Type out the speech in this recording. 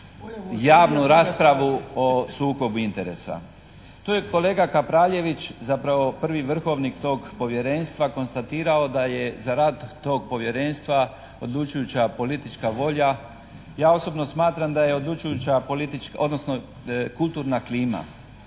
javnu raspravu o sukobu interesa. Tu je kolega Kapraljević zapravo prvi vrhovnik tog povjerenstva konstatirao da je za rad tog povjerenstva odlučujuća politička volja. Ja osobno smatram da je odlučujuća politička